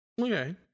Okay